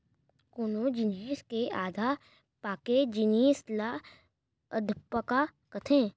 कोनो जिनिस के आधा पाके जिनिस ल अधपका कथें